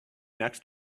next